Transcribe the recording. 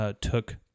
Took